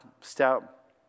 step